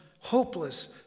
hopeless